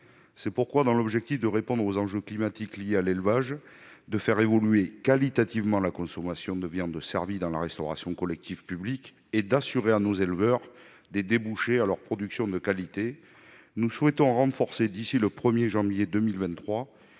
de façon conjointe. Afin de répondre aux enjeux climatiques liés à l'élevage, de faire évoluer qualitativement la consommation de viande servie dans la restauration collective publique et d'assurer à nos éleveurs des débouchés pour leurs productions de qualité, nous souhaitons renforcer, d'ici au 1 janvier 2023,